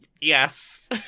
yes